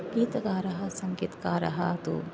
गीतकारः सङ्गीतकारः तु